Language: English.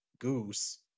goose